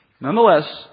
Nonetheless